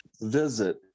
visit